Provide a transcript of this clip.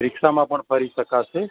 રીક્ષામાં પણ ફરી શકાશે